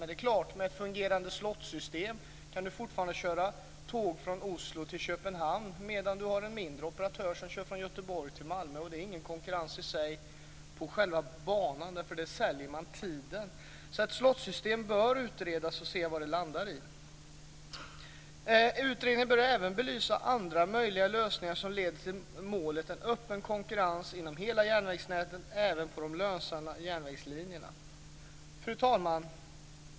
Det är klart att man med ett fungerande slot-system fortfarande kan köra tåg från Oslo till Köpenhamn medan man har en mindre operatör som kör från Göteborg till Malmö. Det är ingen konkurrens i sig på själva banan, eftersom man säljer tiden. Ett slot-system bör utredas, och så får man se var man landar. Utredningen bör även belysa andra möjliga lösningar som leder till målet en öppen konkurrens inom hela järnvägsnätet, även på de lönsamma järnvägslinjerna. Fru talman!